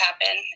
happen